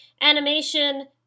animation